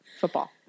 Football